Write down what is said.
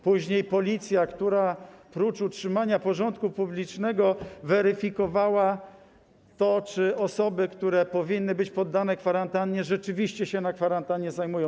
Później Policja, która prócz utrzymania porządku publicznego weryfikowała to, czy osoby, które powinny być poddane kwarantannie, rzeczywiście się na kwarantannie znajdują.